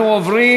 אנחנו עוברים